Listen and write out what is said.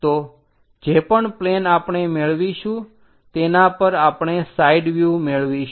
તો જે પણ પ્લેન આપણે મેળવીશું તેના પર આપણે સાઈડ વ્યુહ મેળવીશું